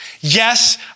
Yes